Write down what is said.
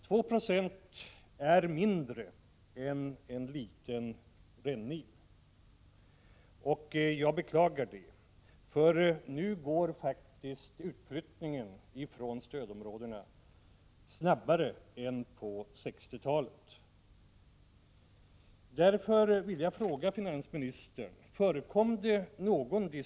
2 96 är mindre än en liten rännil. Jag beklagar att det är på detta sätt, för nu sker faktiskt utflyttningen från stödområdena snabbare än på 1960-talet.